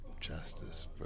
Justice